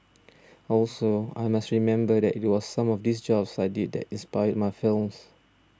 also I must remember that it was some of these jobs I did that inspired my films